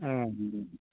ꯎꯝ